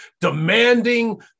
demanding